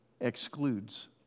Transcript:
excludes